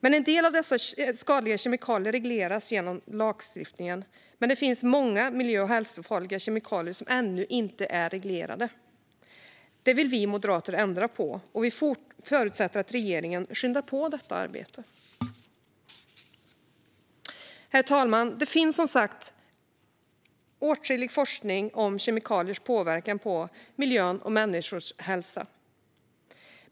En del av dessa skadliga kemikalier regleras genom lagstiftningen. Men det finns många miljö och hälsofarliga kemikalier som ännu inte är reglerade. Det vill vi moderater ändra på, och vi förutsätter att regeringen skyndar på detta arbete. Herr talman! Det finns som sagt åtskillig forskning om kemikaliers påverkan på miljön och människors hälsa.